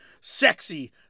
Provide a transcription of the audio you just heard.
sexy